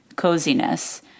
Coziness